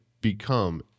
become